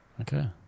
okay